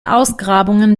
ausgrabungen